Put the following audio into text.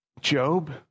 Job